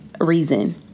reason